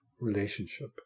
relationship